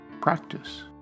practice